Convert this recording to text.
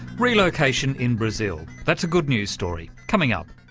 relocation in brazil that's a good news story coming up.